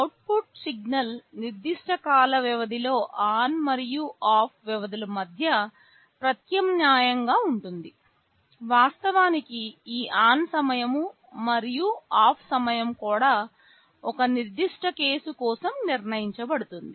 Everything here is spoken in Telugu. అవుట్పుట్ సిగ్నల్ నిర్దిష్ట కాల వ్యవధిలో ఆన్ మరియు ఆఫ్ వ్యవధుల మధ్య ప్రత్యామ్నాయంగా ఉంటుంది వాస్తవానికి ఈ ఆన్ సమయం మరియు ఆఫ్ సమయం కూడా ఒక నిర్దిష్ట కేసు కోసం నిర్ణయించబడుతుంది